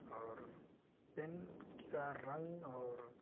اور پین کا رنگ اور